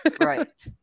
Right